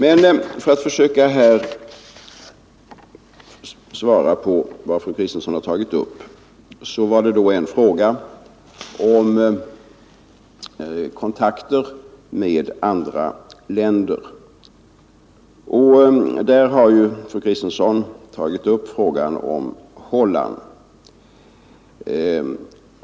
Ett av de spörsmål som fru Kristensson tog upp gällde kontakter med andra länder. Fru Kristensson har i det sammanhanget nämnt Holland.